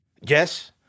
Yes